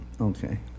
Okay